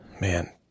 Man